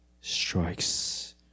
strikes